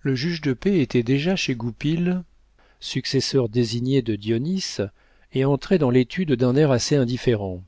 le juge de paix était déjà chez goupil successeur désigné de dionis et entrait dans l'étude d'un air assez indifférent